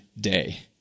day